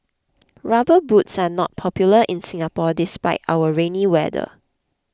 rubber boots are not popular in Singapore despite our rainy weather